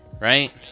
right